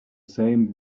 same